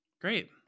Great